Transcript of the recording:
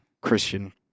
Christian